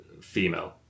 female